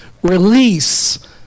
Release